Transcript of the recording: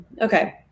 Okay